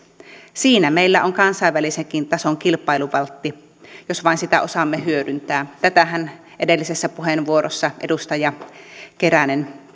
siinä meillä on kansainvälisenkin tason kilpailuvaltti jos vain sitä osaamme hyödyntää tätähän edellisessä puheenvuorossa edustaja keränen